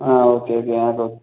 ஆ okay